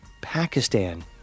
Pakistan